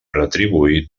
retribuït